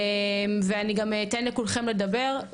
ואני גם אתן לכולכם לדבר.